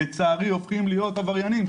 לצערי הופכים להיות עבריינים,